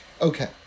Okay